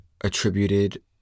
attributed